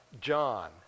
John